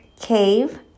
Cave